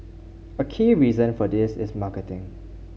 a key reason for this is marketing